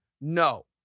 No